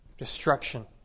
Destruction